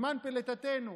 זמן פליטתנו.